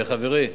חברי,